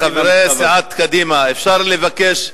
חברי סיעת קדימה, אפשר לבקש?